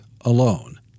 alone